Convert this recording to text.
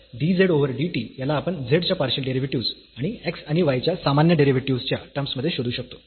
तर dz over dt याला आपण z च्या पार्शियल डेरिव्हेटिव्हस् आणि x आणि y च्या सामान्य डेरिव्हेटिव्हस् च्या टर्म्स मध्ये शोधू शकतो